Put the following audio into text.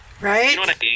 Right